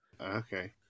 Okay